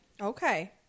Okay